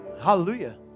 Hallelujah